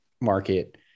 market